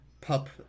Pup